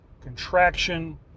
contraction